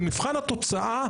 במבחן התוצאה,